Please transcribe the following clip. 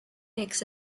takes